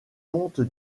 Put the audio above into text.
compte